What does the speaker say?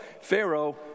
Pharaoh